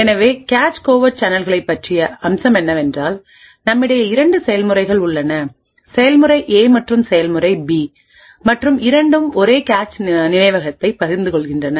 எனவே cache covert சேனல்களைப் பற்றிய அம்சம் என்னவென்றால் நம்மிடையே இரண்டு செயல்முறைகள் உள்ளன செயல்முறை ஏ மற்றும் செயல்முறை பி மற்றும் இரண்டும் ஒரே கேச் நினைவகத்தைப் பகிர்ந்து கொள்கின்றன